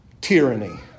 Tyranny